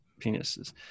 penises